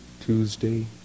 Tuesday